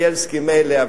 בילסקי מילא,